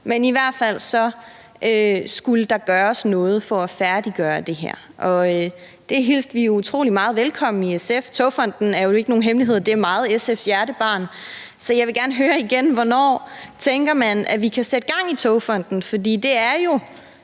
der i hvert fald skulle gøres noget for at færdiggøre det her. Og det hilste vi utrolig meget velkommen i SF. Togfonden DK er – det er jo ikke nogen hemmelighed – meget SF's hjertebarn. Så jeg vil gerne høre igen: Hvornår tænker man at vi kan sætte gang i Togfonden DK? For det, der er